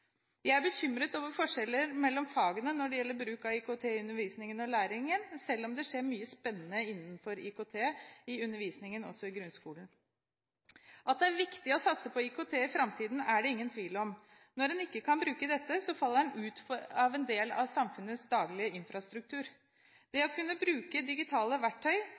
Jeg er bekymret over forskjeller mellom fagene når det gjelder bruk av IKT i undervisningen og læringen, selv om det skjer mye spennende innenfor IKT i undervisningen også i grunnskolen. At det er viktig å satse på IKT i framtiden, er det ingen tvil om. Når en ikke kan bruke dette, faller en ut av en del av samfunnets daglige infrastruktur. Det å kunne bruke digitale verktøy